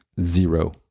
zero